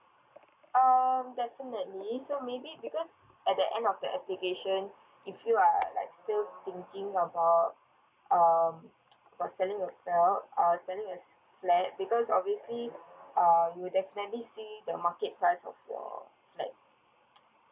um definitely so maybe because at the end of the application if you are like still thinking of uh um for selling your f~ uh selling your flat because obviously uh you'll definitely see the market price of your flat